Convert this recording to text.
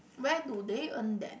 where do they earn then